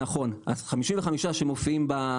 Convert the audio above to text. נכון, ה-55 שמופיעים ברשימה.